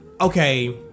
okay